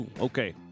okay